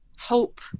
hope